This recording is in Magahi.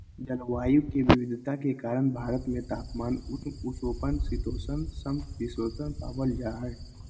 जलवायु के विविधता के कारण भारत में तापमान, उष्ण उपोष्ण शीतोष्ण, सम शीतोष्ण पावल जा हई